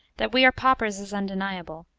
that we are paupers, is undeniable,